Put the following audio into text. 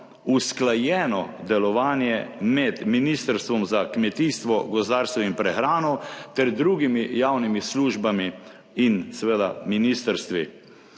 usklajeno delovanje med Ministrstvom za kmetijstvo, gozdarstvo in prehrano ter drugimi javnimi službami in seveda ministrstvi.